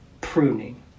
pruning